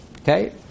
Okay